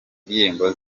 ndirimbo